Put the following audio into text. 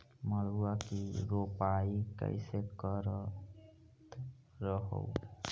मड़उआ की रोपाई कैसे करत रहलू?